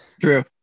True